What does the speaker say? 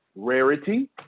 rarity